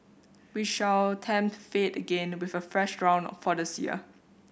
we shall tempt fate again with a fresh round for this year